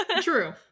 True